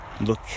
Look